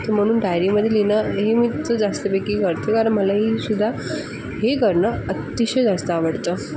म्हणून डायरीमध्ये लिहिणं नेहमीच जास्तपैकी करते किंवा मलाहीसुद्धा हे करणं अतिशय जास्त आवडतं